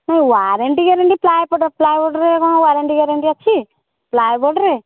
ମୁଁ warranty guarantee ply ପଟା ply ଉଡ଼୍ରେ କ'ଣ ୱାରେଣ୍ଟି ଗ୍ୟାରେଣ୍ଟି ଅଛି ପ୍ଲାଏ ବୋର୍ଡ଼୍ରେ